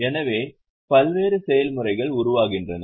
எனவே பல்வேறு செயல்முறைகள் உருவாகின்றன